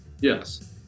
Yes